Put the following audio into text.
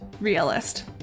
realist